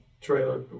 trailer